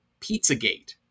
Pizzagate